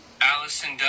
Allison